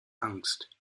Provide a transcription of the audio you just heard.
angst